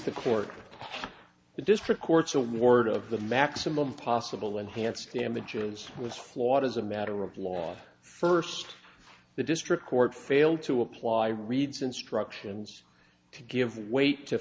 the court the district courts award of the maximum possible enhanced damages was flawed as a matter of law first the district court failed to apply reid's instructions to give weight to